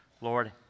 Lord